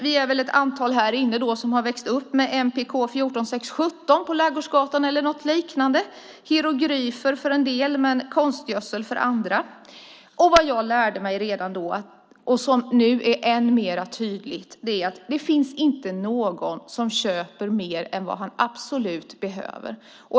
Vi är ett antal här inne som har växt upp med NPK 14617 eller något liknande, hieroglyfer för en del men konstgödsel för andra. Vad jag lärde mig redan tidigt, och som nu är än mer tydligt, är att det inte finns någon som köper mer än vad han absolut behöver.